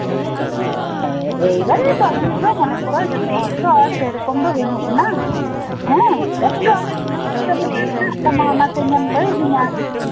ᱮᱵᱟᱨᱮ ᱯᱟᱵᱞᱤᱠ ᱫᱚ ᱢᱚᱱᱮ ᱠᱚᱨᱚ ᱡᱚᱛᱚ ᱦᱚᱲ ᱛᱚ ᱟᱨ ᱥᱮᱨᱚᱠᱚᱢ ᱫᱚ ᱵᱟᱹᱱᱩᱜ ᱵᱚᱱᱟ ᱦᱮᱸ ᱮᱠᱴᱩ ᱪᱤᱱᱛᱟᱹ ᱵᱷᱟᱵᱱᱟ ᱢᱮᱱᱟᱜ ᱛᱟᱢᱟ ᱚᱱᱟᱛᱮ ᱮᱠᱴᱩ ᱟᱢᱮᱢ ᱞᱟᱹᱭ ᱟᱹᱫᱤᱧᱟ